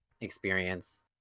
experience